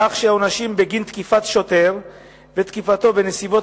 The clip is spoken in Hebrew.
כך שהעונשים בגין תקיפת שוטר ותקיפת שוטר בנסיבות